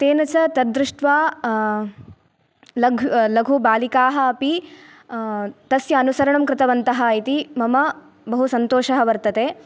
तेन च तद्दृष्ट्वा लघु बालिकाः अपि तस्य अनुसरणं कृतवन्तः इति मम बहु सन्तोषः वर्तते